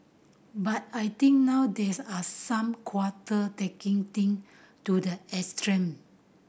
but I think now there's are some quarter taking thing to the extreme